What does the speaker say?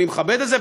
אני מכבד את זה,